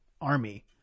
army